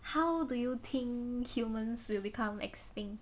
how do you think humans will become extinct